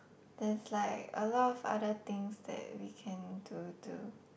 there's like a lot of other things that we can do to